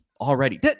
already